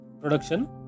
Production